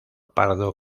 pardo